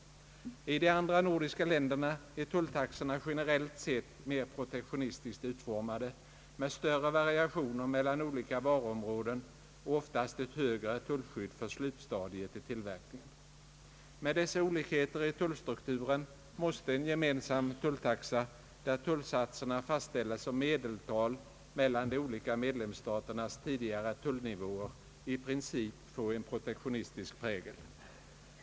I de andra nordiska länderna är tulltaxorna generellt sett mer protektionistiskt utformade, med större variationer mellan olika varuområden och oftast ett högre tull :-kydd för slutstadiet i tillverkningen. Med dessa olikheter i tullstrukturen måste en gemensam tulltaxa, där tullsatserna fastställes som medeltal mellan de olika medlemsstaternas tidigare tullnivåer, i princip få en protektionistisk prägel.